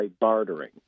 bartering